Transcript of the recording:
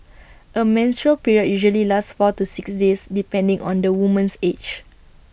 A menstrual period usually lasts four to six days depending on the woman's age